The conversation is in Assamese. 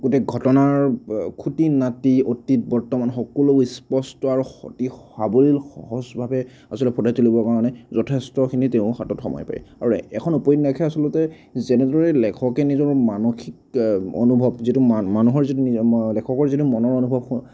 গোটেই ঘটনাৰ খুটি নাতি অতীত বৰ্তমান সকলোবোৰ স্পষ্ট আৰু অতি সাৱলীল সহজভাৱে আচলতে ফুটাই তুলিবৰ কাৰণে যথেষ্টখিনি তেওঁ হাতত সময় পায় আৰু এখন উপন্যাসে আচলতে যেনেদৰে লেখকে নিজৰ মানসিক অনুভৱ যিটো মা মানুহৰ যিটো লেখকৰ যিটো মনৰ অনুভৱ